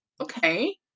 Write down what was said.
okay